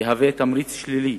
יהווה תמריץ שלילי